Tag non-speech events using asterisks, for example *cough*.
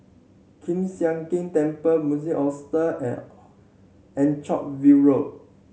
Kiew Sian King Temple *unintelligible* Hostel and All Anchorvale Road